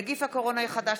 (נגיף הקורונה החדש,